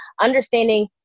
understanding